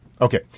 okay